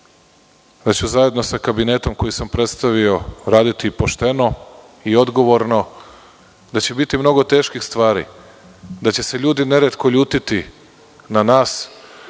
da ću zajedno sa kabinetom koji sam predstavio raditi pošteno i odgovorno, da će biti mnogo teških stvari, da će se ljudi neretko ljutiti na nas,